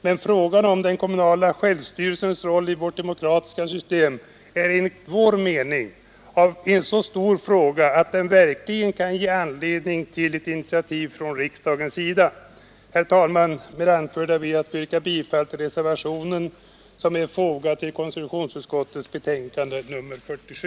Men frågan om den kommunala självstyrelsens roll i vårt demokratiska system är enligt vår mening en så stor fråga att den verkligen kan ge anledning till ett initiativ från riksdagen. Herr talman! Med det anförda ber jag att få yrka bifall till reservationen som är fogad till konstitutionsutskottets betänkande nr 47.